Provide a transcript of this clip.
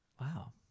Wow